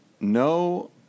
no